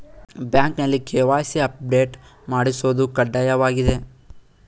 ಬ್ಯಾಂಕ್ನಲ್ಲಿ KYC update ಮಾಡಿಸೋದು ಕಡ್ಡಾಯವಾಗಿದೆ